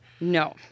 No